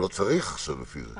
אבל לא צריך עכשיו לפי זה.